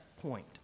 point